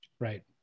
Right